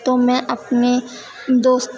تو میں اپنے دوست